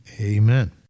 amen